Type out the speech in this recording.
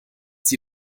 die